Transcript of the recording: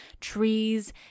trees